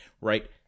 right